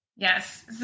Yes